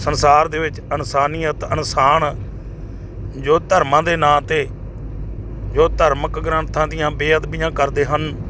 ਸੰਸਾਰ ਦੇ ਵਿੱਚ ਇਨਸਾਨੀਅਤ ਇਨਸਾਨ ਜੋ ਧਰਮਾਂ ਦੇ ਨਾਂ 'ਤੇ ਜੋ ਧਾਰਮਿਕ ਗ੍ਰੰਥਾਂ ਦੀਆਂ ਬੇਅਦਬੀਆਂ ਕਰਦੇ ਹਨ